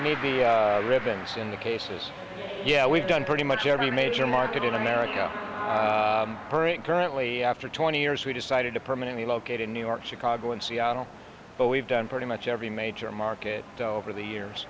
made the ribbons in the cases yeah we've done pretty much every major market in america her and currently after twenty years we decided to permanently locate in new york chicago and seattle but we've done pretty much every major market over the years